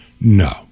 No